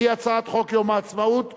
והיא הצעת חוק יום העצמאות (תיקון,